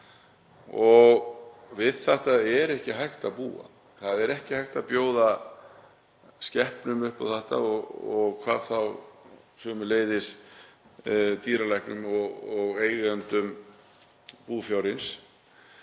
af. Við þetta er ekki hægt að búa. Það er ekki hægt að bjóða skepnum upp á þetta og hvað þá dýralæknum og eigendum búfjárins.